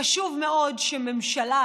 חשוב מאוד שהממשלה,